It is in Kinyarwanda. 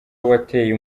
wateye